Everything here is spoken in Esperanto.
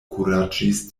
kuraĝis